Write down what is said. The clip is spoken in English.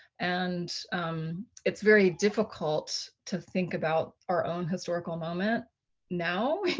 and it's very difficult to think about our own historical moment now.